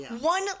One